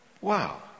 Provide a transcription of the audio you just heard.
Wow